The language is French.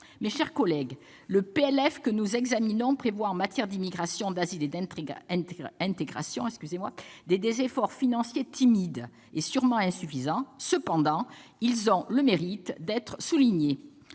loi de finances que nous examinons prévoit en matière d'immigration, d'asile et d'intégration des efforts financiers timides et sûrement insuffisants. Cependant, ils ont le mérite d'exister.